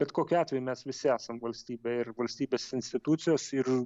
bet kokiu atveju mes visi esam valstybė ir valstybės institucijos ir